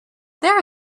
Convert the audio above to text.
there